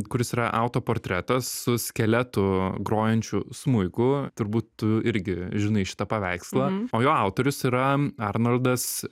kuris yra autoportretas su skeletu grojančiu smuiku turbūt tu irgi žinai šitą paveikslą o jo autorius yra arnoldas